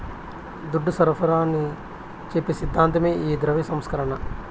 దుడ్డు సరఫరాని చెప్పి సిద్ధాంతమే ఈ ద్రవ్య సంస్కరణ